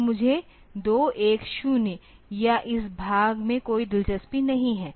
तो मुझे 2 1 0 या इस भाग में कोई दिलचस्पी नहीं है